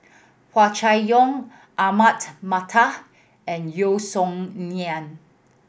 Hua Chai Yong Ahmad Mattar and Yeo Song Nian